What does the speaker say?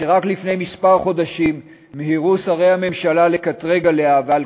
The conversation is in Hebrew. שרק לפני חודשים מספר מיהרו שרי הממשלה לקטרג עליה ועל